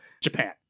Japan